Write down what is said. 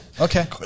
Okay